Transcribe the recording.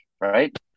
right